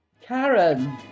Karen